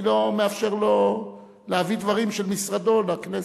אני לא מאפשר לו להביא דברים של משרדו לכנסת.